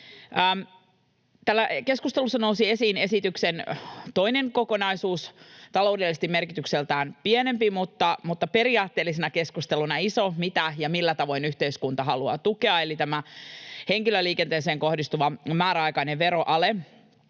Täällä keskustelussa nousi esiin esityksen toinen kokonaisuus — taloudellisesti merkitykseltään pienempi, mutta periaatteellisena keskusteluna iso — mitä ja millä tavoin yhteiskunta haluaa tukea, eli tämä henkilöliikenteeseen kohdistuva määräaikainen veroale.